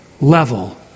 level